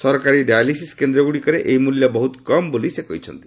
ସରକାରୀ ଡାୟାଲିସିସ୍ କେନ୍ଦ୍ରଗୁଡ଼ିକରେ ଏହି ମୂଲ୍ୟ ବହୁତ କମ୍ ବୋଲି ସେ କହିଛନ୍ତି